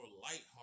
lighthearted